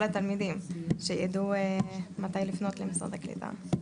לתלמידים שיידעו מתי לפנות למשרד הקליטה.